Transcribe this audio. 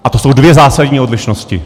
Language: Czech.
A to jsou dvě zásadní odlišnosti.